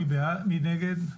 מי נגד?